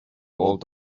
old